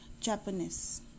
Japanese